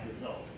result